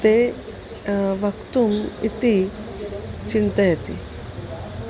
ते वक्तुम् इति चिन्तयति